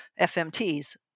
FMTs